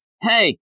hey